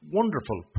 wonderful